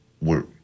work